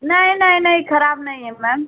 नहीं नहीं नहीं खराब नहीं है मैम